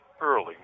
early